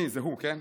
"אני" זה הוא, כן?